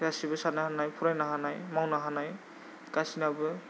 गासिबो साननो हानाय फरायनो हानाय मावनो हानाय गासिनाबो